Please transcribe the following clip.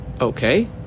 Okay